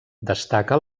destaca